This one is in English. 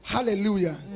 Hallelujah